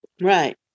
right